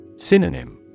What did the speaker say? Synonym